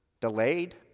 delayed